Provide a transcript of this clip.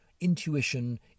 intuition